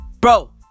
Bro